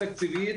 תקציבית